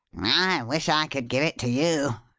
i wish i could give it to you,